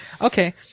Okay